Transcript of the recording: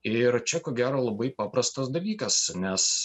ir čia ko gero labai paprastas dalykas nes